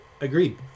Agreed